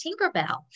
Tinkerbell